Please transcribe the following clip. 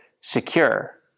secure